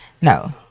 No